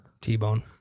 T-bone